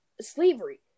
slavery